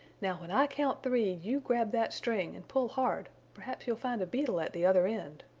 now when i count three you grab that string and pull hard perhaps you'll find a beetle at the other end.